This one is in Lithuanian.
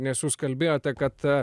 nes jūs kalbėjote kad